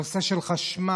הנושא של חשמל,